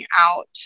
out